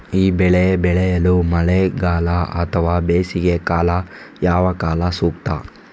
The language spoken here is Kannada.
ಈ ಬೆಳೆ ಬೆಳೆಯಲು ಮಳೆಗಾಲ ಅಥವಾ ಬೇಸಿಗೆಕಾಲ ಯಾವ ಕಾಲ ಸೂಕ್ತ?